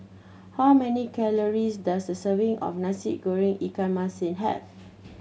how many calories does a serving of Nasi Goreng ikan masin have